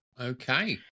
Okay